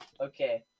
okay